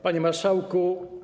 Panie Marszałku!